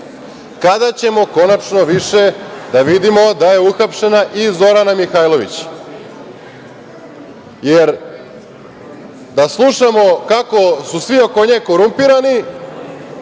kada ćemo konačno više da vidimo da je uhapšena i Zorana Mihajlović? Jer, da slušamo kako su svi oko nje korumpirani,